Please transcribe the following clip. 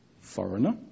foreigner